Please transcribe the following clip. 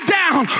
down